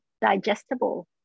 digestible